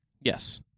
Yes